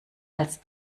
als